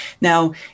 Now